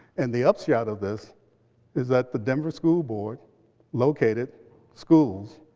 and the upshot of this is that the denver school board located schools,